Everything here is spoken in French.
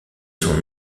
son